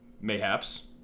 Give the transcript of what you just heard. Mayhaps